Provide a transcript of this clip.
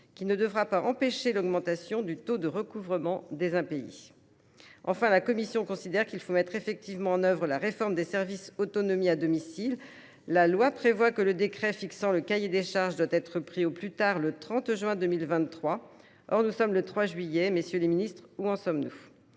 qui ne devra pas empêcher l’augmentation du taux de recouvrement des impayés. Enfin, la commission considère qu’il faut mettre en œuvre la réforme des services autonomie à domicile. La loi prévoit que le décret fixant le cahier des charges doit être pris au plus tard le 30 juin 2023. Or nous sommes le 3 juillet. Messieurs les ministres, où en sommes nous ?